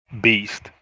Beast